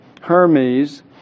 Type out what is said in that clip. Hermes